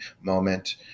moment